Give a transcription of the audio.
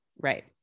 Right